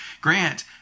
Grant